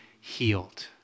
healed